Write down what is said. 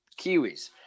Kiwis